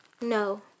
No